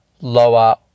lower